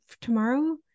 tomorrow